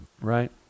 right